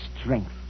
strength